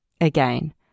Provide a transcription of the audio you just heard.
Again